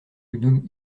gnome